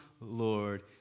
Lord